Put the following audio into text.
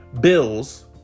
bills